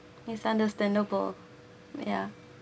yes understandable yeah